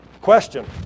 Question